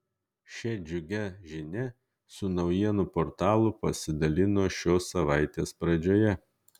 šia džiugia žinia su naujienų portalu pasidalino šios savaitės pradžioje